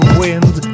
wind